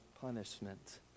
punishment